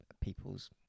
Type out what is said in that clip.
people's